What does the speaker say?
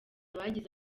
bagize